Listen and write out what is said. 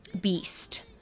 beast